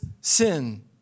sin